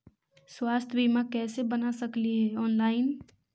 स्वास्थ्य बीमा कैसे बना सकली हे ऑनलाइन?